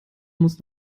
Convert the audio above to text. muss